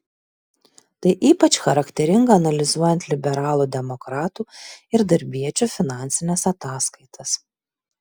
tai ypač charakteringa analizuojant liberalų demokratų ir darbiečių finansines ataskaitas